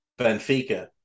Benfica